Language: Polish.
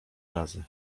razy